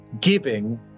giving